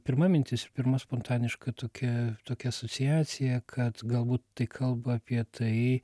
pirma mintis pirma spontaniška tokia tokia asociacija kad galbūt tai kalba apie tai